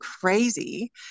crazy